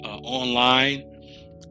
Online